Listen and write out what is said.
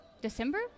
December